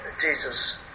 Jesus